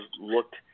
looked